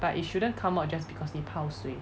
but it shouldn't come out just because 你泡水